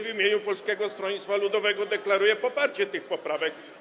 W imieniu Polskiego Stronnictwa Ludowego deklaruję poparcie tych poprawek.